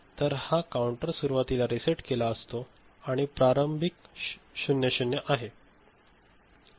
तर हा काउंटर सुरुवातीला रीसेट केला असतो आणि तो प्रारंभिक 0 0 आहे